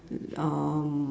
um